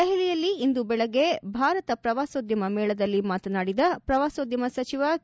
ದೆಹಲಿಯಲ್ಲಿ ಇಂದು ದೆಳಗ್ಗೆ ಭಾರತ ಪ್ರವಾಸೋದ್ಯಮ ಮೇಳದಲ್ಲಿ ಮಾತನಾಡಿದ ಪ್ರವಾಸೋದ್ಯಮ ಸಚಿವ ಕೆ